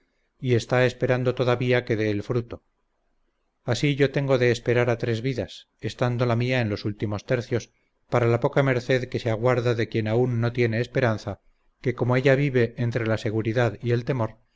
y está esperando todavía que dé el fruto así yo tengo de esperar a tres vidas estando la mía en los últimos tercios para la poca merced que se aguarda de quien aún no tiene esperanza que como ella vive entre la seguridad y el temor